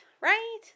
Right